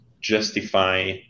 justify